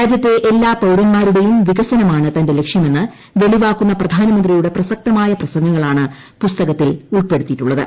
രാജ്യത്തെ എല്ലാ പൌരന്മാരുടെയും വികസനമാണ് തന്റെ ല്ലക്ഷ്യമെന്ന് വെളിവാക്കുന്ന പ്രധാനമന്ത്രിയുടെ പ്രസക്തമായ പ്പസംഗങ്ങളാണ് പുസ്തകത്തിൽ ഉൾപ്പെടുത്തിയിട്ടുള്ളത്